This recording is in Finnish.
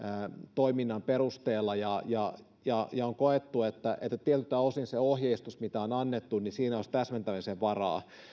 toiminnan perusteella ja ja on koettu että tietyiltä osin ohjeistuksessa mitä on annettu olisi täsmentämisen varaa